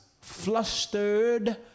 flustered